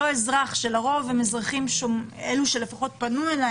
אותם אזרחים שפנו אליי,